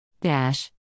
Dash